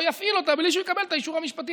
יפעיל אותה בלי שהוא יקבל את האישור המשפטי.